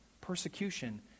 persecution